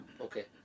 Okay